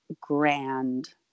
grand